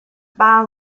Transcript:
bye